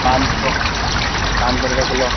پانچ سو پانچ سو روپے کلو